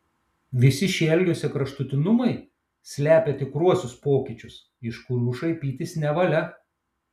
visi šie elgesio kraštutinumai slepia tikruosius pokyčius iš kurių šaipytis nevalia